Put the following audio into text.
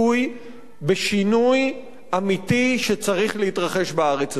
בשינוי אמיתי שצריך להתרחש בארץ הזאת,